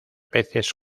veces